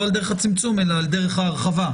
לא על דרך הצמצום אלא על דרך ההרחבה.